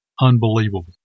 Unbelievable